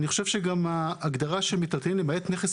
אני גם חושב שההגדרה של "מיטלטלין למעט נכס